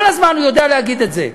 כל הזמן הוא יודע להגיד את זה.